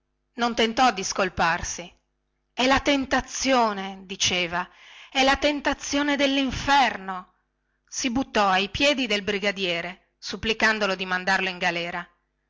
non tentò di scolparsi è la tentazione diceva è la tentazione dellinferno si buttò ai piedi del brigadiere supplicandolo di mandarlo in galera